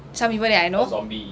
some people that I know